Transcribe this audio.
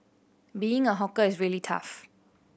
being a hawker is really tough